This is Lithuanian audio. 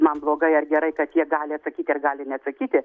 man blogai ar gerai kad jie gali atsakyt ar gali neatsakyti